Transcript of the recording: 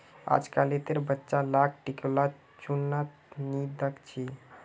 अजकालितेर बच्चा लाक टिकोला चुन त नी दख छि